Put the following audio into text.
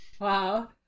Wow